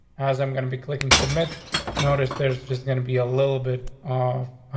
as i'm gonna be clicking, submit notice there's just gonna be a little bit of,